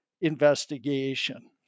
investigation